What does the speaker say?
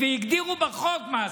והגדירו בחוק מה זה.